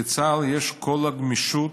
לצה"ל יש את כל הגמישות